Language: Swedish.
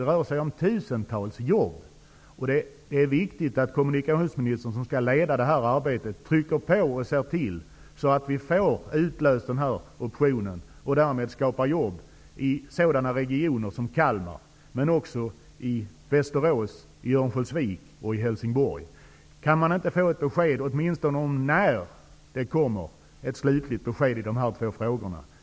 Det rör sig om tusentals jobb, och det är angeläget att kommunikationsministern, som skall leda detta arbete, trycker på och ser till att optionen blir utlöst, så att det skapas jobb i regioner som Kalmarområdet, men också i Västerås, Örnsköldsvik och Helsingborg. Kan man inte åtminstone få en anvisning om när ett slutligt besked kan komma?